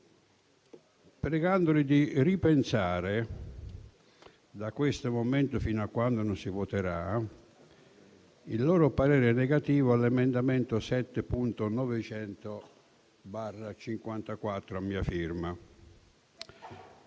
pregandoli di ripensare, da questo momento fino a quando non si voterà, il loro parere negativo sull'emendamento 7.900/54 a mia firma.